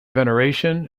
veneration